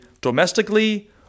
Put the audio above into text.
domestically